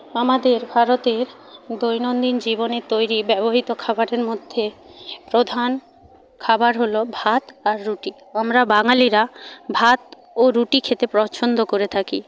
আমাদের ভারতের দৈনন্দিন জীবনে তৈরি ব্যবহৃত খাবারের মধ্যে প্রধান খাবার হল ভাত আর রুটি আমরা বাঙালিরা ভাত ও রুটি খেতে পছন্দ করে থাকি